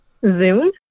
Zoom